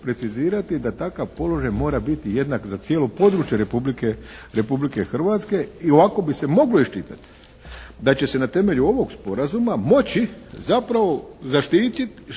precizirati da takav položaj mora biti jednak za cijelo područje Republike Hrvatske i ovako bi se moglo iščitati da će se na temelju ovog sporazuma moći zapravo zaštititi